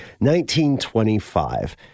1925